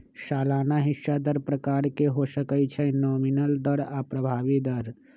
सलाना हिस्सा दर प्रकार के हो सकइ छइ नॉमिनल दर आऽ प्रभावी दर